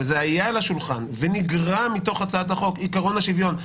וזה היה על השולחן ונגרע מתוך הצעת החוק עיקרון השוויון,